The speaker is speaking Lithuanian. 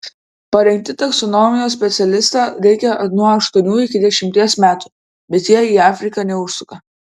parengti taksonomijos specialistą reikia nuo aštuonių iki dešimties metų bet jie į afriką neužsuka